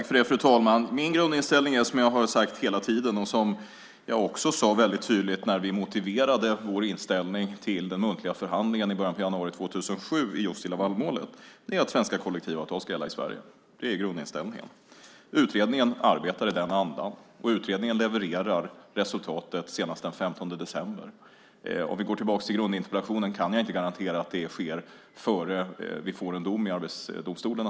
Fru talman! Min grundinställning är, som jag har sagt hela tiden och som jag också sade väldigt tydligt när vi motiverade vår inställning vid den muntliga förhandlingen i början av januari 2007 i just Lavalmålet, är att svenska kollektivavtal ska gälla i Sverige. Det är grundinställningen. Utredningen arbetar i den andan, och utredningen levererar resultatet senast den 15 december. För att gå tillbaka till interpellationen: Jag kan naturligtvis inte garantera att det sker innan vi får en dom i Arbetsdomstolen.